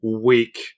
week